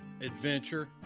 adventure